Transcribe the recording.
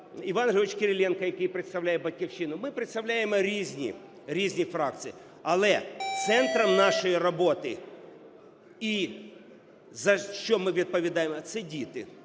Іван Григорович Кириленко, який представляє "Батьківщину", – ми представляємо різні фракції. Але центром нашої роботи і за що ми відповідаємо – це діти,